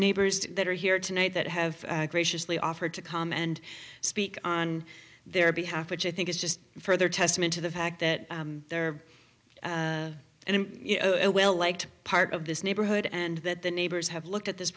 neighbors that are here tonight that have graciously offered to come and speak on their behalf which i think is just further testament to the fact that they're a well liked part of this neighborhood and that the neighbors have looked at this